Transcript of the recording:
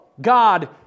God